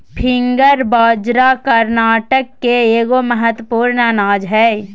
finger बाजरा कर्नाटक के एगो महत्वपूर्ण अनाज हइ